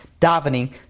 davening